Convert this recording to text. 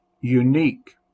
unique